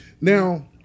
now